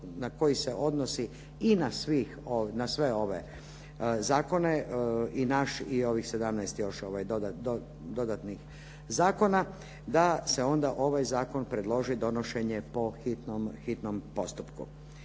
na koji se odnosi na sve ove zakone i naš i ovih 17 još dodatnih zakona, da se onda ovaj zakon predloži donošenje po hitnom postupku.